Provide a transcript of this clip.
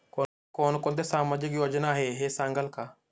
कोणकोणत्या सामाजिक योजना आहेत हे सांगाल का?